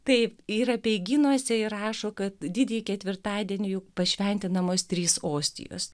taip yra apeigynuose įrašo kad didįjį ketvirtadienį juk pašventinamos trys ostijos